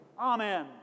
Amen